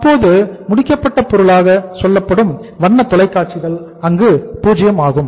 அப்போது முடிக்கப்பட்ட பொருளாக சொல்லப்படும் வண்ணத் தொலைக்காட்சிகள் அங்கு 0 ஆகும்